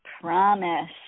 promise